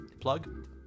plug